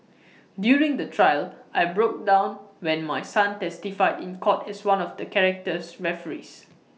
during the trial I broke down when my son testified in court as one of the character referees